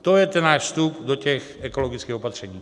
To je ten náš vstup do těch ekologických opatření.